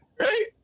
right